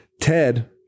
Ted